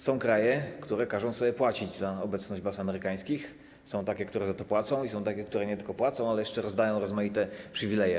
Są kraje, które każą sobie płacić za obecność baz amerykańskich, są takie, które za to płacą, i są takie, które nie tylko płacą, ale jeszcze rozdają rozmaite przywileje.